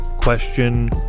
question